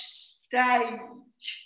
stage